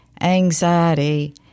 anxiety